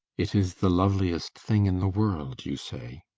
it is the loveliest thing in the world, you say.